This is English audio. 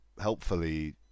helpfully